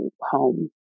home